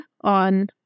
on